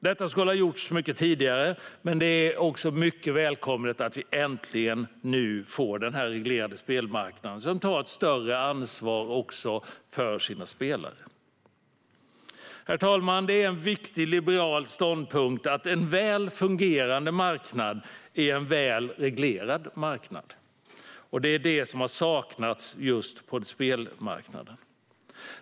Detta skulle ha gjorts mycket tidigare, men det är ändå välkommet att vi nu äntligen får denna reglerade spelmarknad, som tar större ansvar också för sina spelare. Herr talman! Det är en viktig liberal ståndpunkt att en välfungerande marknad också är en välreglerad marknad. Det är detta som har saknats just när det gäller spelmarknaden.